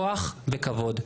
כוח וכבוד.